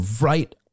right